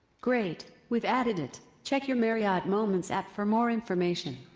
great, we've added it. check your marriott moments app for more information.